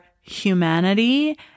humanity